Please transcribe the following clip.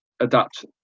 adapt